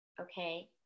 okay